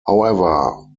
however